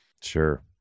Sure